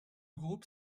groupe